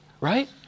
right